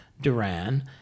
Duran